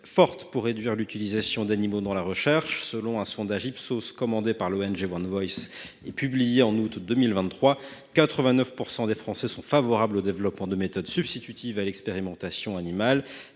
forte visant à réduire l’utilisation d’animaux dans la recherche. En effet, selon un sondage Ipsos commandé par l’ONG One Voice et publié en août 2023, quelque 89 % des Français sont favorables au développement de méthodes substitutives à l’expérimentation animale,